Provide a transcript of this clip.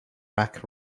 rack